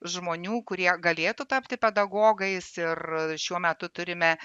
žmonių kurie galėtų tapti pedagogais ir šiuo metu turime